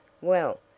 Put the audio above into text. Well